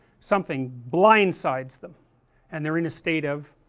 something blindsides them and they are in a state of